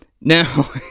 Now